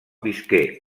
visqué